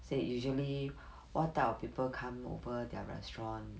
say usually what type of people come over their restaurant